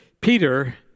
Peter